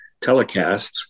telecasts